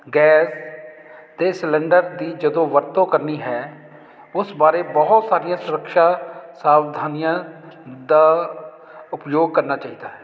gas ਅਤੇ cylinder ਦੀ ਜਦੋਂ ਵਰਤੋਂ ਕਰਨੀ ਹੈ ਉਸ ਬਾਰੇ ਬਹੁਤ ਸਾਰੀਆਂ ਸੁਰੱਕਸ਼ਾ ਸਾਵਧਾਨੀਆਂ ਦਾ ਉਪਯੋਗ ਕਰਨਾ ਚਾਹੀਦਾ ਹੈ